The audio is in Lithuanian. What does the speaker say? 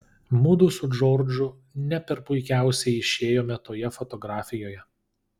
mudu su džordžu ne per puikiausiai išėjome toje fotografijoje